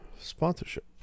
sponsorship